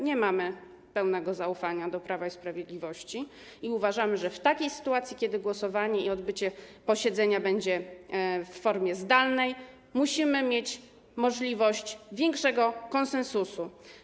Nie mamy pełnego zaufania do Prawa i Sprawiedliwości i uważamy, że w takiej sytuacji, kiedy głosowanie i posiedzenie odbędą się w formie zdalnej, musimy mieć możliwość większego konsensusu.